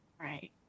Right